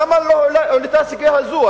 למה לא הועלתה הסוגיה הזאת?